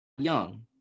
young